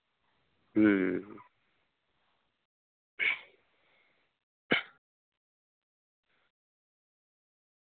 ᱦᱮᱸ